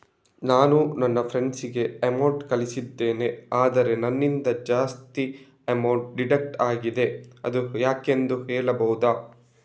ನಾನು ನನ್ನ ಫ್ರೆಂಡ್ ಗೆ ಅಮೌಂಟ್ ಕಳ್ಸಿದ್ದೇನೆ ಆದ್ರೆ ನನ್ನಿಂದ ಜಾಸ್ತಿ ಅಮೌಂಟ್ ಡಿಡಕ್ಟ್ ಆಗಿದೆ ಅದು ಯಾಕೆಂದು ಹೇಳ್ಬಹುದಾ?